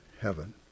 heaven